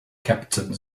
captain